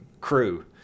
crew